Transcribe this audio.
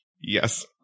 Yes